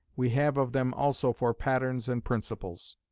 we have of them also for patterns and principals.